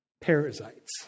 Parasites